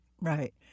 right